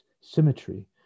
symmetry